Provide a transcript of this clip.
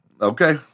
Okay